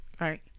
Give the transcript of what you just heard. right